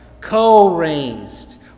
co-raised